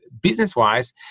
business-wise